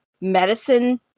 medicine